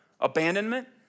abandonment